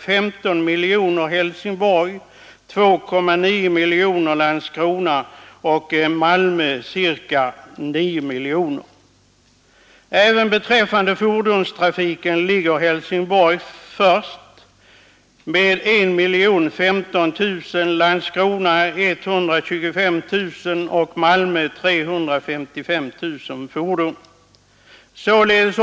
Även beträffande fordonstrafiken ligger Helsingborg främst med 1015 000, Landskrona 125 000 och Malmö 355 000 fordon.